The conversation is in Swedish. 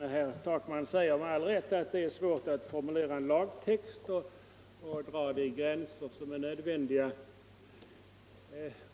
Herr talman! Herr Takman säger med all rätt att det är svårt att formulera en lagtext och dra de gränser som är nödvändiga.